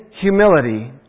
humility